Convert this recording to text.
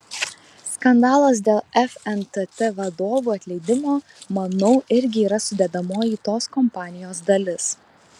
skandalas dėl fntt vadovų atleidimo manau irgi yra sudedamoji tos kampanijos dalis